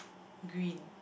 green